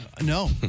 no